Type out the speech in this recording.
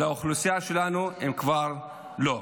לאוכלוסייה שלנו הם כבר לא.